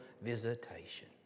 visitation